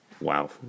Wow